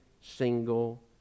single